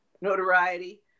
notoriety